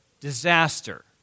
disaster